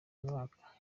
mwaka